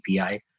API